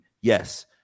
Yes